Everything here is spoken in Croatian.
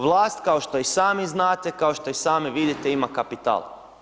Vlast kao što i sami znate, kao što i sami vidite ima kapital.